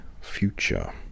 future